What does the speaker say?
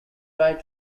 tried